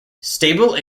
stable